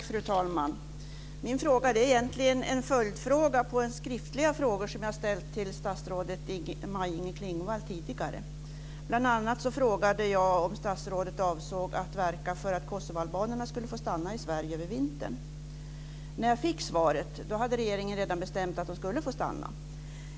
Fru talman! Min fråga är egentligen en följdfråga till en skriftlig fråga som jag har ställt till statsrådet Maj-Inger Klingvall tidigare. Bl.a. frågade jag om statsrådet avsåg att verka för att kosovoalbanerna skulle få stanna i Sverige över vintern. När jag fick svaret hade regeringen redan bestämt att de skulle få stanna.